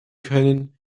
können